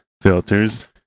filters